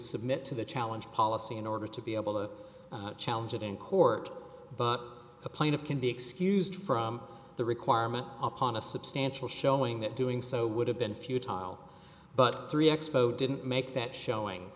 submit to the challenge policy in order to be able to challenge it in court but the plaintiff can be excused from the requirement upon a substantial showing that doing so would have been futile but three expos didn't make that showing